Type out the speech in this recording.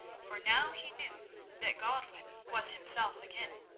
for now he knew that godwin was himself again.